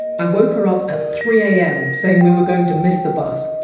i woke her up at three a m. saying we were going to miss the bus.